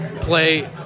play